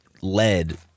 led